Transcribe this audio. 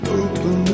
open